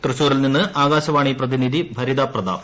തൃശൂരിൽ നിന്ന്ആകാശവാണി പ്രതിനിധി ഭരിത പ്രതാപ്